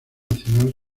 nacional